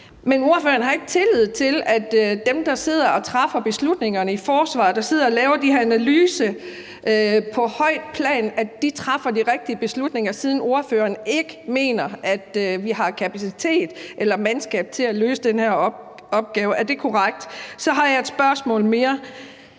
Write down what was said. Men ordføreren har ikke tillid til, at dem, der træffer beslutningerne i forsvaret, og som sidder og laver de her analyser på højt plan, træffer de rigtige beslutninger, siden ordføreren ikke mener, at vi har kapacitet eller mandskab til at løse den her opgave. Er det korrekt? Så har jeg et spørgsmål mere.